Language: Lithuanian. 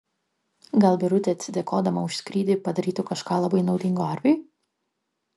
gal birutė atsidėkodama už skrydį padarytų kažką labai naudingo arviui